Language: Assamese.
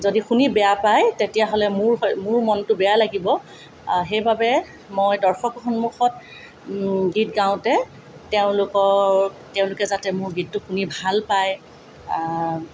যদি শুনি বেয়া পাই তেতিয়াহ'লে মোৰ হয় মোৰ মনতো বেয়া লাগিব সেইবাবে মই দৰ্শক সন্মুখত গীত গাওঁতে তেওঁলোকৰ তেওঁলোকে যাতে মোৰ গীতটো শুনি ভাল পাই